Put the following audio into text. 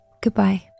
Goodbye